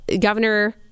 Governor